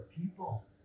people